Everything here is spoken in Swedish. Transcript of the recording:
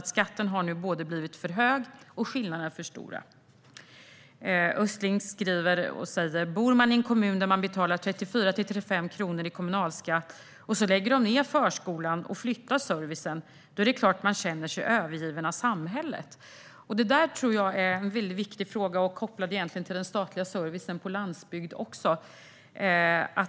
De framhöll att skatten har blivit för hög och att skillnaderna är för stora. Östling skriver och säger: Bor man i en kommun där man betalar 34-35 kronor i kommunalskatt och de lägger ned förskolan och flyttar servicen är det klart man känner sig övergiven av samhället. Det där tror jag är en väldigt viktig fråga som egentligen också är kopplad till den statliga servicen på landsbygden.